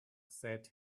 said